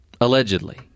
Allegedly